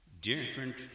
different